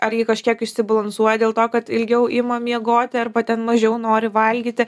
ar ji kažkiek išsibalansuoja dėl to kad ilgiau ima miegoti arba ten mažiau nori valgyti